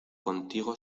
contigo